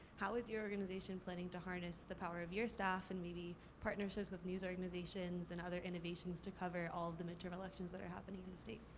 how is your organization planning to harness the power of your staff and maybe partnerships with news organizations and other innovations to cover all the midterm elections that are happening in the state?